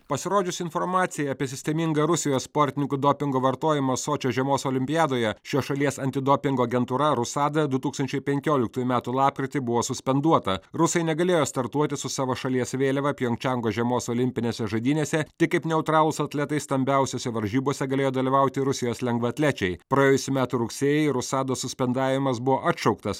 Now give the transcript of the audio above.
pasirodžius informacijai apie sistemingą rusijos sportininkų dopingo vartojimą sočio žiemos olimpiadoje šios šalies antidopingo agentūra rusada du tūkstančiai penkioliktųjų metų lapkritį buvo suspenduota rusai negalėjo startuoti su savo šalies vėliava pjongčiango žiemos olimpinėse žaidynėse tik kaip neutralūs atletai stambiausiose varžybose galėjo dalyvauti rusijos lengvaatlečiai praėjusių metų rugsėjį rusados suspendavimas buvo atšauktas